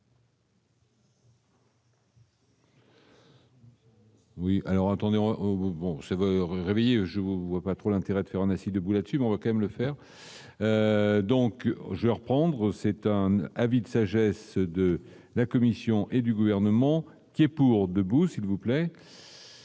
Oui, alors attendez on vont saveur réveiller je vous vois pas trop l'intérêt de faire un essai de Bulat suivre quand même le faire. Donc, je vais reprendre, c'est un avis de sagesse de la Commission et du gouvernement qui est pour, debout, s'il vous plaît.